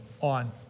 on